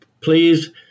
Please